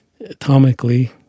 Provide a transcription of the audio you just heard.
atomically